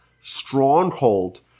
stronghold